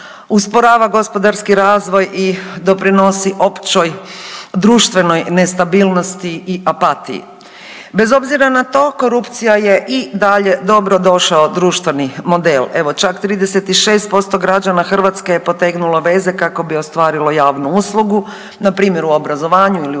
usporava gospodarski razvoj i doprinosi općoj društvenoj nestabilnosti i apatiji. Bez obzira na to korupcija je i dalje dobro došao društveni model. Evo čak 36% građana hrvatske je potegnulo veze kako bi ostvarila javnu uslugu npr. u obrazovanju ili u